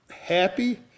happy